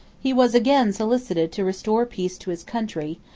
he was again solicited to restore peace to his country,